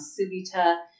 Subita